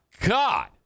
God